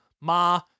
Ma